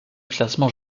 classement